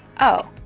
oh,